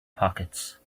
pockets